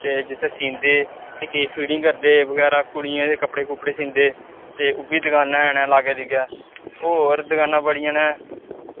ते जित्थें सींदे ते केईं फिटिंग करदे बगैरा कुड़ियें दे कपड़े कुपड़े सींदे ते ओह् बी दकानां हैन न लाग्गै धीगै होर दकानां बड़ियां न